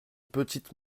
petite